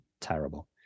terrible